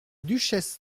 duchesse